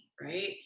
right